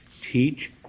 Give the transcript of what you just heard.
Teach